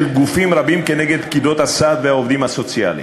גופים רבים נגד פקידות הסעד והעובדים הסוציאליים.